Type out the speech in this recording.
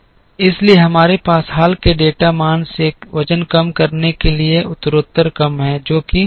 इसलिए हमारे पास हाल के डेटा मान से वज़न कम करने के लिए उत्तरोत्तर कम है जो कि अतीत में 27 है